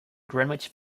greenwich